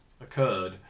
occurred